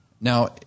Now